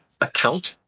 account